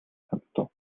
санагдав